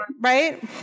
right